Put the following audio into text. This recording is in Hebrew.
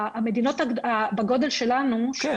המדינות בגודל שלנו הן